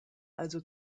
also